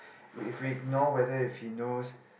if he ignore whether if he knows